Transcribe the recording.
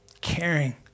caring